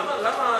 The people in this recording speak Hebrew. למה?